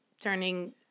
turning